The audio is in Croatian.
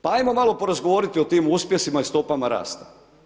Pa ajmo malo porazgovarati o tim uspjesima i stopama rasta.